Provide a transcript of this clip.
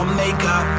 makeup